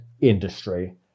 industry